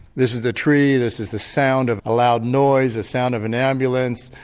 this is the tree, this is the sound of a loud noise, a sound of an ambulance,